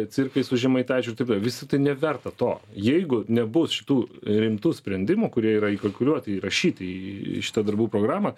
cirkai su žemaitaičiu taip toliau visa tai neverta to jeigu nebus šitų rimtų sprendimų kurie yra įkalkuliuoti įrašyti į šitą darbų programą